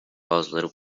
bazıları